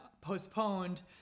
postponed